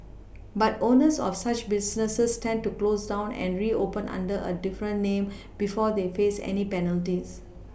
but owners of such businesses tend to close down and reopen under a different name before they face any penalties